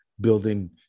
building